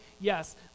Yes